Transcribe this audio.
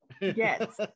yes